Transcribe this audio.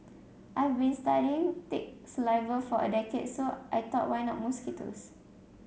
I've been studying tick saliva for a decade so I thought why not mosquitoes